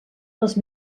les